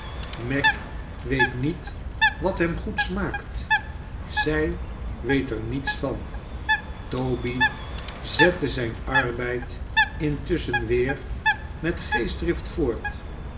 meg weet niet wat hem goed smaakt zij weet er niets van toby zette zijn arbeid intusschen weer met geestdrift voort